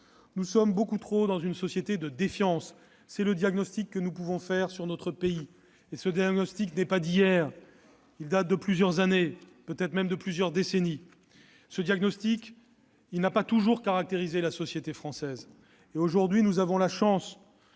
Nous évoluons beaucoup trop dans une société de défiance ; tel est le diagnostic que nous pouvons faire sur notre pays. Or ce diagnostic date non pas d'hier, mais de plusieurs années, voire de plusieurs décennies. Il n'a pas toujours caractérisé la société française. Aujourd'hui, nous avons la chance